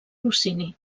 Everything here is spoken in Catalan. rossini